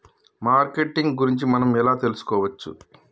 Marketing గురించి మనం ఎలా తెలుసుకోవచ్చు?